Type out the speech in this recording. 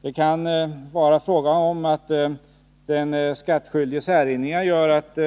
Det kan vara fråga om att den skattskyldiges erinringar gör att